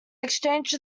exchanged